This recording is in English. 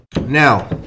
Now